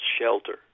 shelter